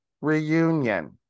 reunion